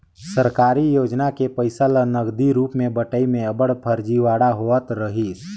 सरकारी योजना के पइसा ल नगदी रूप में बंटई में अब्बड़ फरजीवाड़ा होवत रहिस